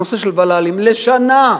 נושא הוול"לים, לשנה,